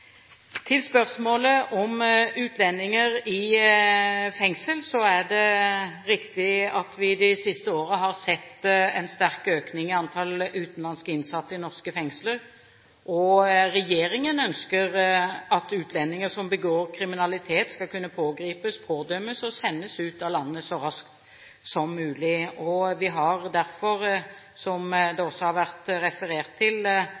Til spørsmålet om utlendinger i fengsel er det riktig at vi de siste årene har sett en sterk økning i antall utenlandske innsatte i norske fengsler. Regjeringen ønsker at utlendinger som begår kriminalitet, skal kunne pågripes, pådømmes og sendes ut av landet så raskt som mulig. Vi har derfor, som det også har vært referert til,